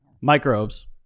microbes